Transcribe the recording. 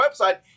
website